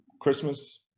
Christmas